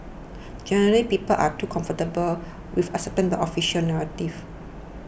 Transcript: generally people are too comfortable with accepting the official narrative